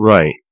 Right